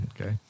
Okay